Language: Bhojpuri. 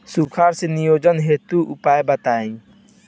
सुखार से निजात हेतु उपाय बताई?